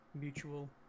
mutual